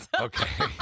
okay